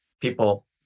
people